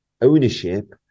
ownership